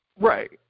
Right